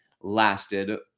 lasted